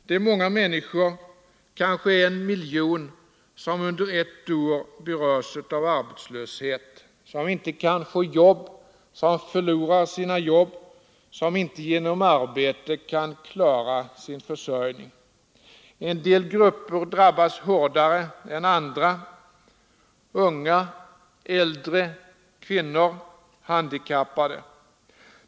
Det är många människor — kanske en miljon — som under ett år berörs av arbetslöshet, som inte kan få jobb, som förlorar sina jobb, som inte genom sitt arbete kan klara sin försörjning. En del grupper drabbas hårdare än andra: unga, äldre, kvinnor, handikappade.